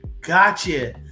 gotcha